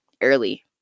early